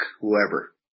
whoever